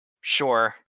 Sure